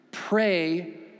pray